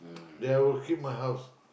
there will keep my house